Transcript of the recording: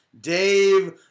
Dave